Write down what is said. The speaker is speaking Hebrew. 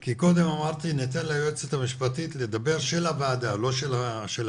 כי קודם אמרתי שניתן ליועצת המשפטית של הוועדה לדבר.